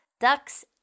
ducks